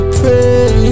pray